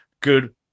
good